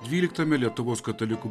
dvyliktame lietuvos katalikų